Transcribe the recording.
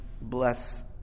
bless